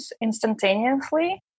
instantaneously